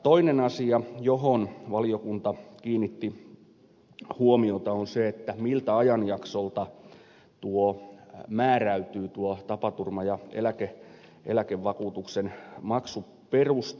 toinen asia johon valiokunta kiinnitti huomiota on se miltä ajanjaksolta määräytyy tuo tapaturma ja eläkevakuutuksen maksuperusta